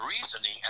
reasoning